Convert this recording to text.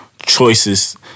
Choices